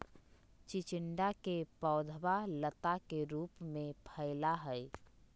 चिचिंडा के पौधवा लता के रूप में फैला हई